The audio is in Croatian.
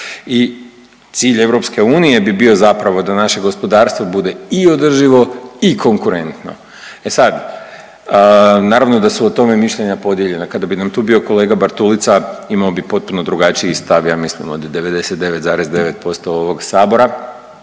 I cilj EU bi bio zapravo da naše gospodarstvo bude i održivo i konkurentno. E sad, naravno da su o tome mišljenja podijeljena. Kada bi nam tu bio kolega Bartulica imao bi potpuno drugačiji stav ja mislim od 99,9% ovog Sabora.